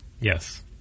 Yes